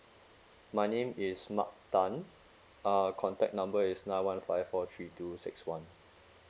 my name is mark tan uh contact number is nine one five four three two six one